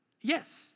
yes